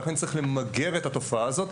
לכן, צריך למגר את התופעה הזו,